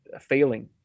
failing